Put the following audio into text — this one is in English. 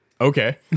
okay